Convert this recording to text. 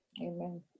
Amen